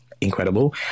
incredible